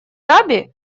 даби